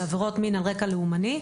על עבירות מין על רקע לאומני,